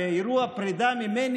באירוע הפרידה ממני,